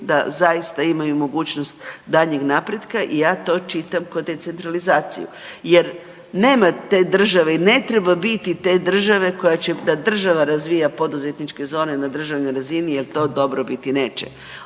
da zaista imaju mogućnost daljnjeg napretka i ja to čitam ko decentralizaciju. Jer nema te države i ne treba biti te države koja će da država razvija poduzetničke zone na državnoj razini jer to dobro biti neće.